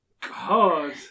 god